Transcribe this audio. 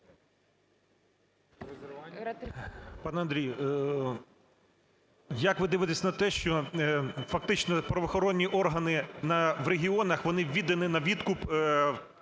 Пан Андрій, як ви дивитеся на те, що фактично правоохоронні органи в регіонах, вони віддані на відкуп